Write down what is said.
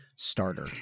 starter